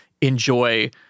enjoy